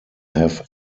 have